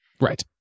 Right